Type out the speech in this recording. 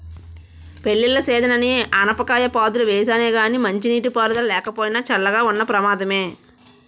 పెళ్ళిళ్ళ సీజనని ఆనపకాయ పాదులు వేసానే గానీ మంచినీటి పారుదల లేకపోయినా, చల్లగా ఉన్న ప్రమాదమే